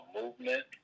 movement